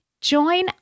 Join